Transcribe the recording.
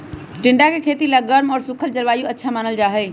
टिंडा के खेती ला गर्म और सूखल जलवायु अच्छा मानल जाहई